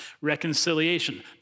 Reconciliation